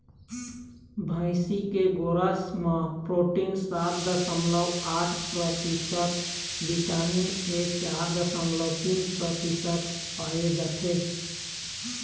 भइसी के गोरस म प्रोटीन सात दसमलव आठ परतिसत, बिटामिन ए चार दसमलव तीन परतिसत पाए जाथे